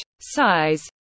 size